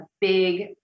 big